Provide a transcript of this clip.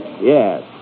Yes